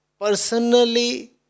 personally